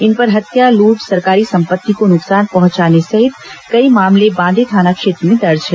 इन पर हत्या लूट सरकारी संपत्ति को नुकसान पहंचाने सहित कई मामले बांदे थाना क्षेत्र में दर्ज हैं